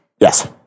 Yes